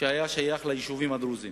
שהיה שייך ליישובים הדרוזיים